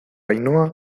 ainhoa